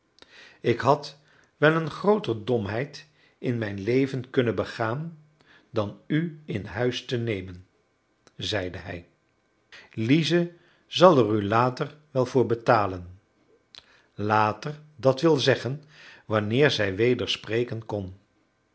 ik had wel een grooter domheid in mijn leven kunnen begaan dan u in huis te nemen zeide hij lize zal er u later wel voor betalen later dat wil zeggen wanneer zij weder spreken kon